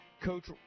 Coach